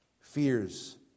fears